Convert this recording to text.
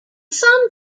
some